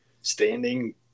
standing